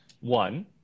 one